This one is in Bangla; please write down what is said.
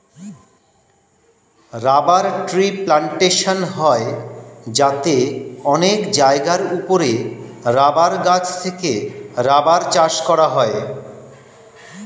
রাবার ট্রি প্ল্যান্টেশন হয় যাতে অনেক জায়গার উপরে রাবার গাছ থেকে রাবার চাষ করা হয়